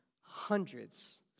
hundreds